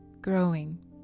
growing